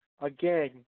again